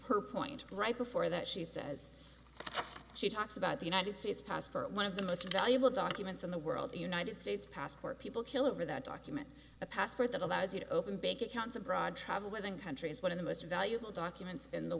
her point right before that she says she talks about the united states passport one of the most valuable documents in the world the united states passport people kill over that document a passport that allows you to open bank accounts abroad travel within countries one of the most valuable documents in the